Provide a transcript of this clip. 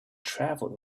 travelled